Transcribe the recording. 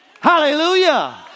Hallelujah